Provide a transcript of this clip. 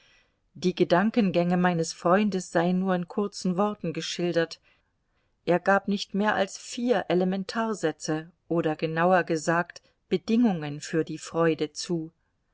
die gedankengänge meines freundes seien nur in kurzen worten geschildert er gab nicht mehr als vier elementarsätze oder genauer gesagt bedingungen für die freude zu